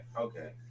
okay